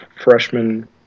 freshman